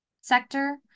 sector